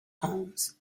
homes